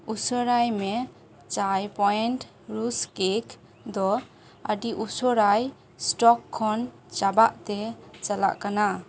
ᱩᱥᱟᱹᱨᱟᱭ ᱢᱮ ᱪᱟᱭ ᱯᱚᱭᱮᱱᱴ ᱨᱩᱥ ᱠᱮᱠ ᱫᱚ ᱟᱹᱰᱤ ᱩᱥᱟᱹᱨᱟᱭ ᱥᱴᱚᱠ ᱠᱷᱚᱱ ᱪᱟᱵᱟᱜ ᱛᱮ ᱪᱟᱞᱟᱜ ᱠᱟᱱᱟ